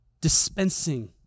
dispensing